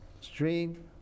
stream